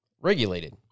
regulated